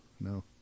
no